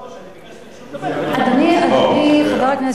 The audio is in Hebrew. היושב-ראש,